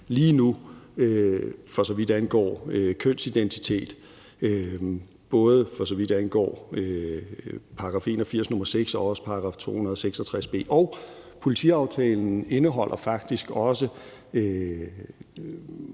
for så vidt angår kønsidentitet, både for så vidt angår § 81, nr. 6, og også § 266 b. Og politiaftalen indeholder faktisk også